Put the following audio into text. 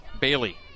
Bailey